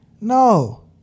No